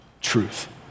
truth